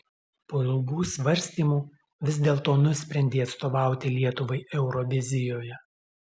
po ilgų svarstymų vis dėlto nusprendei atstovauti lietuvai eurovizijoje